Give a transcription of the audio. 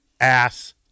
ass